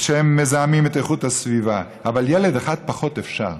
כשהם מזהמים את הסביבה, אבל ילד אחד פחות אפשר.